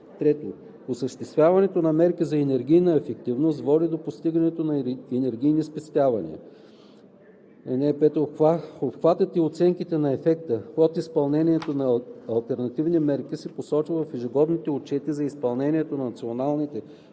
3; 3. осъществяването на мерки за енергийна ефективност води до постигането на енергийни спестявания. (5) Обхватът и оценката на ефекта от изпълнените алтернативни мерки се посочва в ежегодните отчети за изпълнението на националните планове